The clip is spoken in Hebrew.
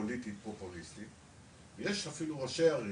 פוליטית פופוליסטית, יש אפילו ראשי ערים,